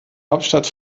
hauptstadt